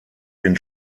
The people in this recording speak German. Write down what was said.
den